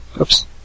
Oops